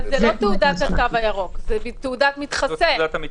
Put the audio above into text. זו לא תעודת התו הירוק, זו תעודת מתחסן.